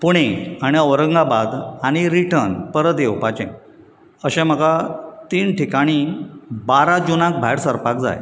पुणे आनी औरंगाबाद आनी रिटर्न परत येवपाचें अशें म्हाका तीन ठिकाणी बारा जुनाक भायर सरपाक जाय